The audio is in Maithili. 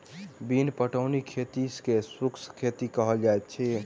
बिन पटौनीक खेती के शुष्क खेती कहल जाइत छै